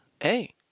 hey